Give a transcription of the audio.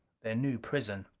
their new prison.